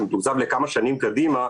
שזה מתוקצב לכמה שנים קדימה.